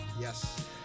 Yes